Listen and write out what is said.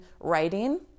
writing